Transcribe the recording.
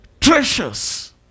treasures